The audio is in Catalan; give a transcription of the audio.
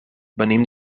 venim